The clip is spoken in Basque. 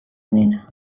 onena